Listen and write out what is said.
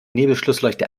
nebelschlussleuchte